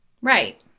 Right